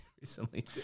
recently